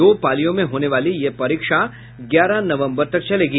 दो पालियों में होने वाली यह परीक्षा ग्यारह नवम्बर तक चलेगी